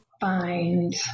find